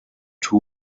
two